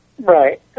Right